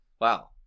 Wow